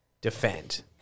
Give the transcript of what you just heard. defend